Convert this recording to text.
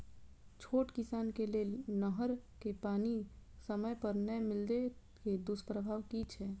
छोट किसान के लेल नहर के पानी समय पर नै मिले के दुष्प्रभाव कि छै?